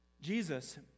Jesus